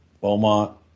Beaumont